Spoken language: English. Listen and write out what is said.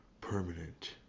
permanent